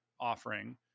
offering